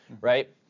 right